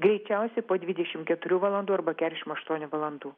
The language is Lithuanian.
greičiausiai po dvidešimt keturių valandų arba keturiasdešimt aštuonių valandų